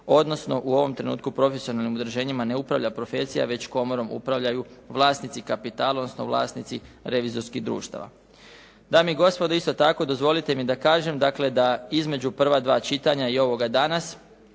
odnosno u ovom trenutku profesionalnim udruženjima ne upravlja profesija, već komorom upravljaju vlasnici kapitala, odnosno vlasnici revizorskih društava. Dame i gospodo isto tako dozvolite mi da kažem dakle da između prva dva čitanja i ovoga danas